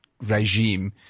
regime